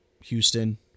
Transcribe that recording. Houston